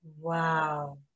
Wow